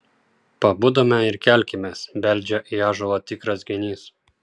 pabudome ir kelkimės beldžia į ąžuolą tikras genys